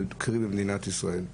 קרי מדינת ישראל.